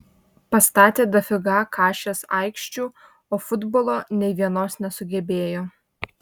pastatė dafiga kašės aikščių o futbolo nei vienos nesugebėjo